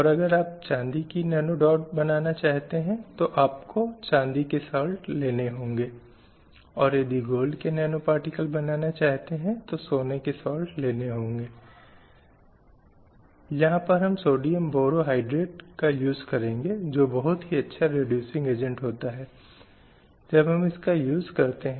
परिपाटी जिसे हम परदा प्रथा कहते हैं वह आरंभिक वैदिक काल में मौजूद नहीं थींजीवन साथी के चयन में समान अधिकार थे उस समय में बहुविवाह एक वास्तविक घटना थी और राजवंश के अलावा दहेज कुछ हद तक अनभिज्ञ था विधवाओं के पुनर्विवाह की अवधारणा को भी जानते थे